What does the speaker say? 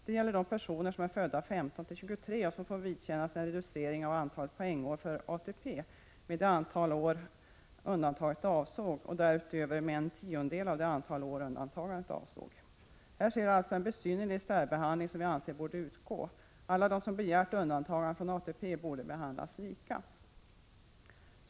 Det gäller de personer som är födda 1915-1923 och som får vidkännas reducering av antalet poängår för ATP med det antal år undantaget avsåg och därutöver med en tiondel av det antal år undantagandet avsåg. Här sker alltså en besynnerlig särbehandling som vi anser borde utgå. Alla de som har begärt undantagande från ATP borde behandlas lika.